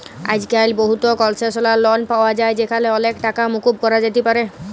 আইজক্যাল বহুত কলসেসলাল লন পাওয়া যায় যেখালে অলেক টাকা মুকুব ক্যরা যাতে পারে